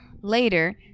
later